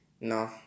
no